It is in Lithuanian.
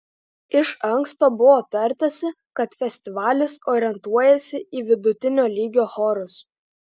iš anksto buvo tartasi kad festivalis orientuojasi į vidutinio lygio chorus